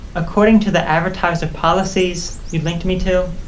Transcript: according to the advertiser policies you linked me to,